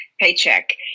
paycheck